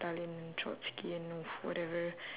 stalin trotsky and whatever